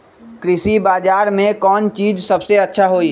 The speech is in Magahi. कृषि बजार में कौन चीज सबसे अच्छा होई?